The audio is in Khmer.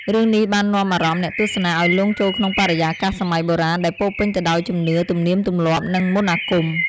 រឿងនេះបាននាំអារម្មណ៍អ្នកទស្សនាឱ្យលង់ចូលក្នុងបរិយាកាសសម័យបុរាណ ដែលពោរពេញទៅដោយជំនឿ ទំនៀមទម្លាប់ និងមន្តអាគម។